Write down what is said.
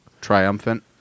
triumphant